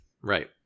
Right